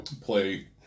play